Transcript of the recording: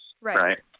right